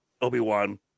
Obi-Wan